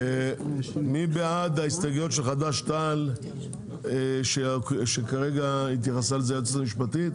אז מי בעד ההסתייגויות של חדש-תע"ל שכרגע התייחסה אליהן היועצת המשפטית?